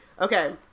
Okay